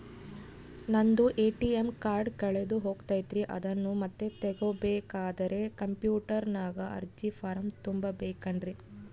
ನಂದು ATM card ಕಳೆದು ಹೋಗೈತ್ರಿ ಅದನ್ನು ಮತ್ತೆ ತಗೋಬೇಕಾದರೆ ಕಂಪ್ಯೂಟರ್ ನಾಗ ಅರ್ಜಿ ಫಾರಂ ತುಂಬಬೇಕನ್ರಿ?